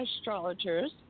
astrologers